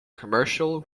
commercial